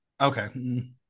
Okay